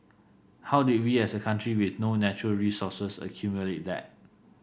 how did we as a country with no natural resources accumulate that